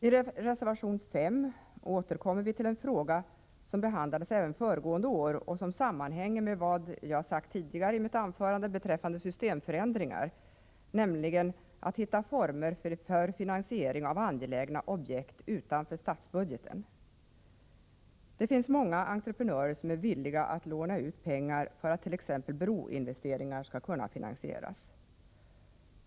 I reservation 5 återkommer vi till en fråga som behandlades även föregående år och som sammanhänger med vad jag sagt tidigare i mitt anförande beträffande systemförändringar, nämligen att hitta former för finansiering utanför statsbudgeten av angelägna objekt. Det finns många entreprenörer som är villiga att låna ut pengar för att t.ex. broinvesteringar skall kunna finansieras.